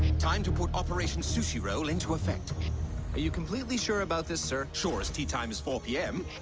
time to put operation sushi roll into effect are you completely sure about this sir source tea times four p m.